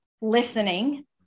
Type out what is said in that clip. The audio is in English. listening